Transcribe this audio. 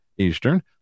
eastern